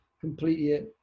completely